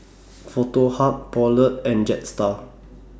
Foto Hub Poulet and Jetstar